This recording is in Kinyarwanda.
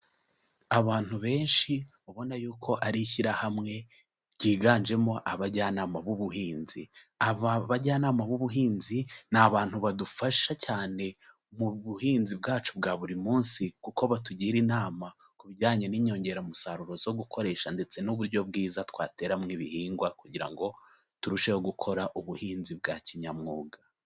Abantu benshi ubona yuko ari ishyirahamwe ryiganjemo abajyanama b'ubuhinzi, aba bajyanama b'ubuhinzi ni abantu badufasha cyane mu buhinzi bwacu bwa buri munsi, kuko batugira inama ku bijyanye n'inyongeramusaruro zo gukoresha ndetse n'uburyo bwiza twateramo ibihingwa kugira ngo turusheho gukora ubuhinzi bwa kinyamwuga.